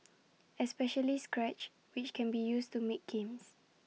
especially scratch which can be used to make games